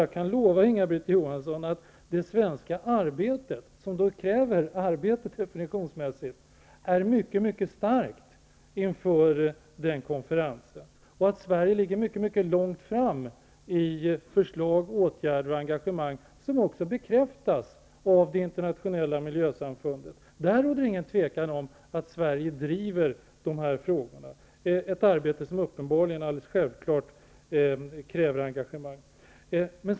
Jag kan lova Inga-Britt Johansson att det svenska arbetet -- som rent definitionsmässigt kräver arbete -- är mycket starkt inför den konferensen och att Sverige ligger mycket långt framme när det gäller förslag, åtgärder och engagemang, vilket också bekräftas av det internationella miljösamfundet. Där råder det inget tvivel om att Sverige driver de här frågorna, ett arbete som uppenbarligen och alldeles självklart kräver engagemang.